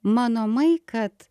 manomai kad